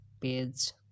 page